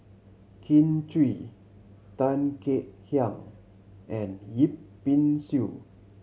Kin Chui Tan Kek Hiang and Yip Pin Xiu